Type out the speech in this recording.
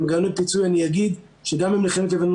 על מנגנון הפיצוי אני אגיד שגם במלחמת לבנון